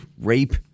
rape